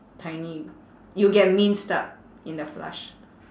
tiny you get means stuck in the flush